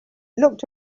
looked